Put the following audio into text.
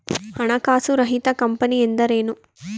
ಹಣಕಾಸು ರಹಿತ ಕಂಪನಿ ಎಂದರೇನು?